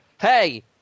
hey